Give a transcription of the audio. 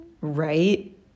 right